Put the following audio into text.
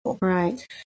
Right